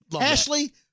Ashley